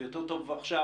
יותר טוב עכשיו